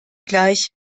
gleich